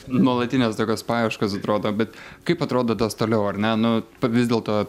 nuolatinės tokios paieškos atrodo bet kaip atrodo tas toliau ar ne nu vis dėlto